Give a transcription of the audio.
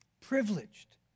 Privileged